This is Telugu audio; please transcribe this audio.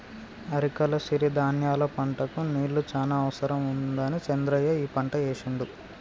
అరికల సిరి ధాన్యాల పంటకు నీళ్లు చాన అవసరం ఉండదని చంద్రయ్య ఈ పంట ఏశిండు